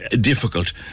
difficult